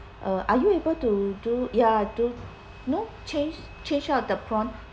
uh are you able to do ya do know change change out the prawn